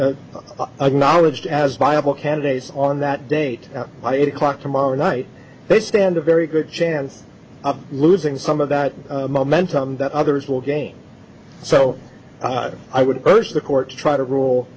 knowledged as viable candidates on that date by eight o'clock tomorrow night they stand a very good chance of losing some of that momentum that others will gain so i would urge the court to try to rule